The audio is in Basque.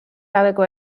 gabeko